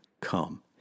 come